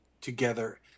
together